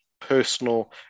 personal